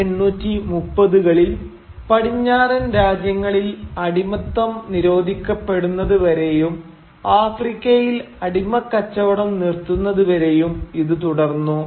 1830 കളിൽ പടിഞ്ഞാറൻ രാജ്യങ്ങളിൽ അടിമത്തം നിരോധിക്കപ്പെടുന്നതു വരെയും ആഫ്രിക്കയിൽ അടിമക്കച്ചവടം നിർത്തുന്നത് വരെയും ഇത് തുടർന്നു